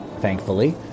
thankfully